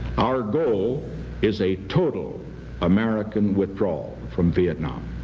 our goal is a total american withdrawal from vietnam.